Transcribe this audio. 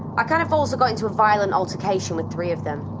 i kind of also got into a violent altercation with three of them.